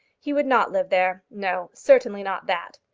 he would not live there. no certainly not that.